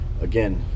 again